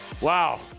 Wow